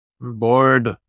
Bored